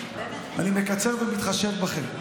אני מקצר ומתחשב בכם.